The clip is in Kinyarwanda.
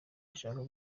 ashaka